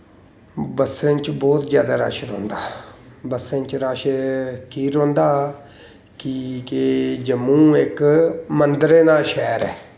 बस्सें च बौह्त जैदा रश रौंह्दा बसें च बौह्त रश कीऽ रौंह्दा कि केह् जम्मू इक मंदरें दा शैह्र ऐ